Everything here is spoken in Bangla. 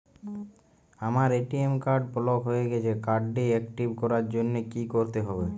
আমার এ.টি.এম কার্ড ব্লক হয়ে গেছে কার্ড টি একটিভ করার জন্যে কি করতে হবে?